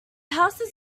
houses